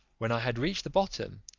when i had reached the bottom,